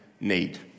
need